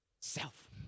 self